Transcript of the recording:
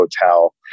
hotel